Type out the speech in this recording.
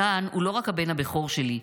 מתן הוא לא רק הבן הבכור שלי,